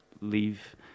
leave